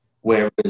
Whereas